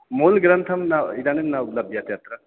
मूलग्रन्थः न इदानीं न लभ्यते अत्र